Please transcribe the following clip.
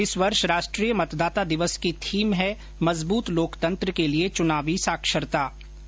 इस वर्ष राष्ट्रीय मतदाता दिवस की थीम है मजबूत लोकतंत्र के लिए चुनावी साक्षरता